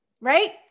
right